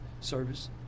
service